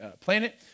planet